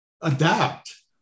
adapt